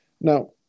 Now